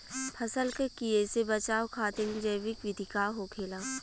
फसल के कियेसे बचाव खातिन जैविक विधि का होखेला?